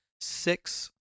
six